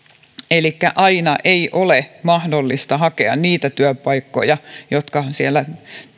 elikkä aina ei ole mahdollista hakea niitä työpaikkoja jotka siellä